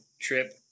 trip